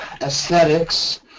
aesthetics